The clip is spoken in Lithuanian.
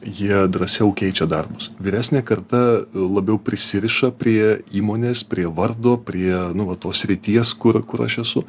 jie drąsiau keičia darbus vyresnė karta labiau prisiriša prie įmonės prie vardo prie nu va tos srities kur kur aš esu